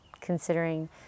considering